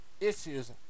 issues